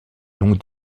noms